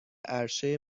عرشه